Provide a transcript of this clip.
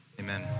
Amen